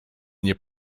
nie